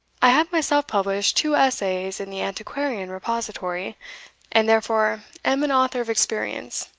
i have myself published two essays in the antiquarian repository and therefore am an author of experience,